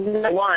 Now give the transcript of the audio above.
One